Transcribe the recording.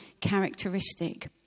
characteristic